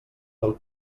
del